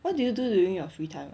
what did you do during your free time ah